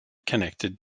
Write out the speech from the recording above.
connected